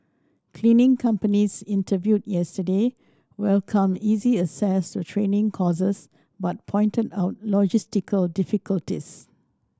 cleaning companies interviewed yesterday welcomed easy access to training courses but pointed out logistical difficulties